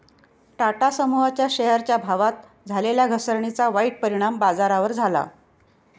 टाटा समूहाच्या शेअरच्या भावात झालेल्या घसरणीचा वाईट परिणाम बाजारावर झाला